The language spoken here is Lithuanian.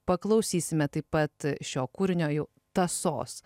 paklausysime taip pat šio kūrinio jau tąsos